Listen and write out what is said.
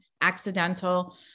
accidental